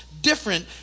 different